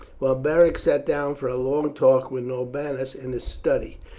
while beric sat down for a long talk with norbanus in his study.